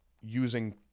using